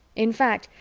in fact,